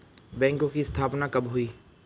बैंकों की स्थापना कब हुई?